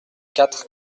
quatre